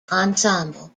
ensemble